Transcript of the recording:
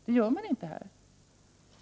Det har man inte gjort här.